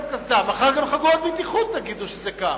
מחר גם על חגורת בטיחות תגידו שזה כך,